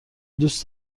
دوست